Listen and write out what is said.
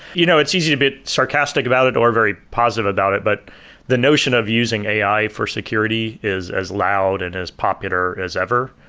you know it's easy to be sarcastic about it or very positive about it, but the notion of using ai for security is as loud and as popular as ever,